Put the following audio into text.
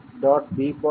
b' a'